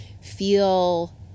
feel